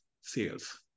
sales